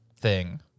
thing-